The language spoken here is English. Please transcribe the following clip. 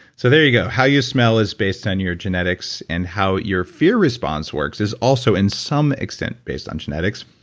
so there you go, how you smell is based on your genetics and how your fear response works is also in some extent based on genetics.